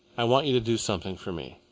i want you to do something for me.